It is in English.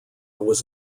was